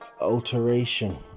alteration